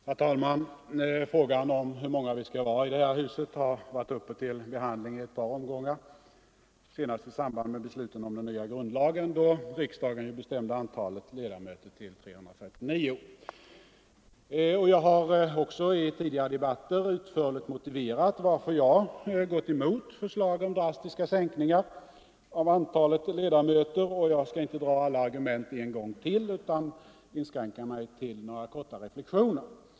Herr talman! Frågan hur många vi skall vara i det här huset har varit uppe till behandling i ett par omgångar, senast i samband med besluten om den nya grundlagen, då riksdagen bestämde antalet ledamöter till 349. Jag har också i tidigare debatter utförligt motiverat varför jag har gått emot förslag om drastiska sänkningar av antalet ledamöter, och jag skall nu inte dra alla argumenten en gång till utan inskränka mig till några korta reflexioner.